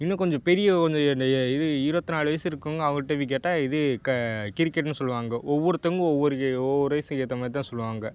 இன்னும் கொஞ்சம் பெரியவங்க இது இருபத்து நாலு வயசு இருக்கவங்க அவங்கள்ட்ட போய் கேட்டால் இது க கிரிக்கெட்னு சொல்வாங்கோ ஒவ்வொருத்தவங்க ஒவ்வொரு வெ ஒவ்வொரு வயசுக்கு ஏற்ற மாதிரிதான் சொல்லுவாங்க